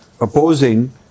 opposing